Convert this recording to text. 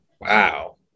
Wow